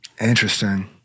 Interesting